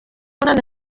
munani